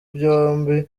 byombi